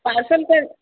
parcel पर